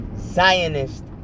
Zionist